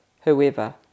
whoever